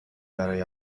برای